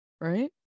Right